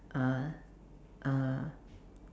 ah ah